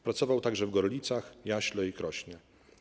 Pracował także w Gorlicach, Jaśle i Krośnie.